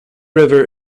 river